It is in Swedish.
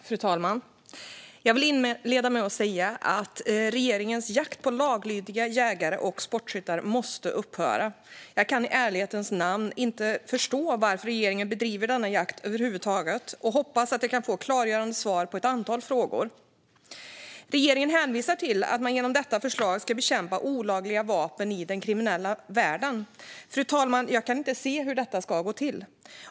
Fru talman! Jag vill inleda med att säga att regeringens jakt på laglydiga jägare och sportskyttar måste upphöra. Jag kan i ärlighetens namn inte förstå varför regeringen över huvud taget bedriver denna jakt och hoppas att jag kan få klargörande svar på ett antal frågor. Regeringen hänvisar till att man genom detta förslag ska bekämpa olagliga vapen i den kriminella världen. Jag kan inte se hur det ska gå till, fru talman.